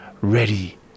ready